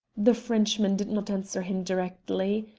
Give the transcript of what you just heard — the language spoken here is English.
the frenchman did not answer him directly.